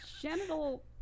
genital